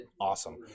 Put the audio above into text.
Awesome